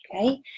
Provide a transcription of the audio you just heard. okay